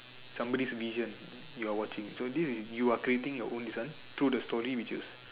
somebody's vision you're watching so this is you are creating your own this one through the story which is